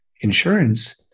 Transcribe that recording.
insurance